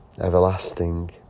everlasting